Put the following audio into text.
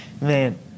Man